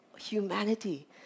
humanity